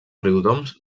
riudoms